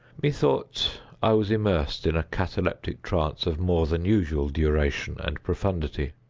methought i was immersed in a cataleptic trance of more than usual duration and profundity.